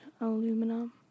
aluminum